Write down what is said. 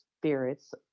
spirits